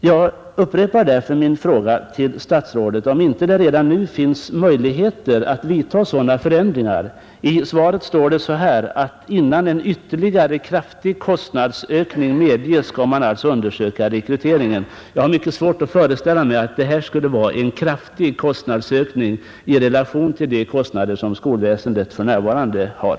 Jag upprepar därför min fråga till herr statsrådet: Finns det inte redan nu möjligheter att vidta sådana förändringar? I svaret står det att ”innan en ytterligare kraftig kostnadsökning medges” skall man undersöka rekryteringen. Jag har mycket svårt att föreställa mig att detta skulle vara en kraftig kostnadsökning i relation till de kostnader som skolväsendet för övrigt har.